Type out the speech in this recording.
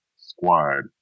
squad